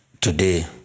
today